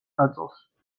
ნაწილს